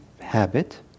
habit